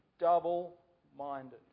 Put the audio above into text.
double-minded